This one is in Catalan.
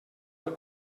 del